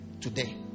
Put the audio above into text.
today